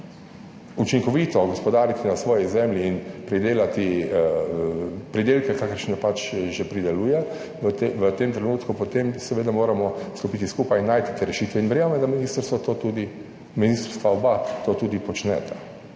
učinkovito gospodariti na svoji zemlji in pridelati pridelke, kakršne pač že prideluje, v tem trenutku, potem seveda moramo stopiti skupaj, najti te rešitve in verjamem, da ministrstvo to tudi,